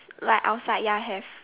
like outside ya have